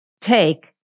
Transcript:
take